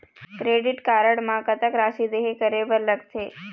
Credit card म कतक राशि देहे करे बर लगथे?